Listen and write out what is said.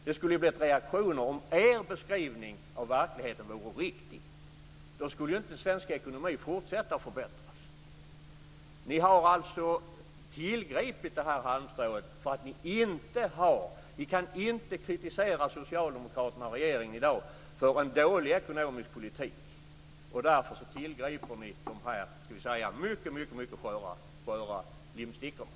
Det skulle ha blivit reaktioner om er beskrivning av verkligheten vore riktig. Då skulle inte svensk ekonomi fortsätta att förbättras. Ni har alltså tillgripit det här halmstrået därför att ni i dag inte kan kritisera Socialdemokraterna och regeringen för en dålig ekonomisk politik. Därför tillgriper ni de här mycket sköra limstickorna.